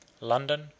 London